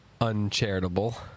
uncharitable